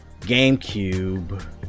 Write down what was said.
GameCube